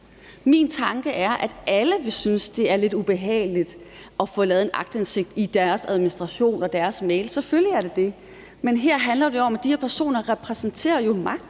Min tanke er, at alle vil synes, at det er lidt ubehageligt med en aktindsigt i deres administration og i deres mails. Selvfølgelig er det det. Men her handler det om, at de personer jo repræsenterer magten